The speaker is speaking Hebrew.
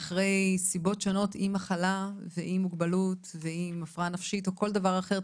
אחרי סיבות שונות אם מחלה ואם מוגבלות ואם הפרעה נפשית או כל דבר אחר,